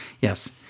yes